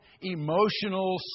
emotional